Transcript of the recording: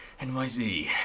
nyz